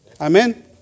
Amen